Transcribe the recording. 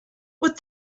what